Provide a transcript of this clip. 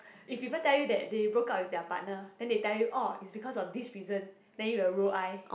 if people tell you that they broke up with their partner then they tell you that orh it's because of this reason then you will roll eye